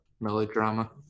melodrama